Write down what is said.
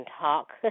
talk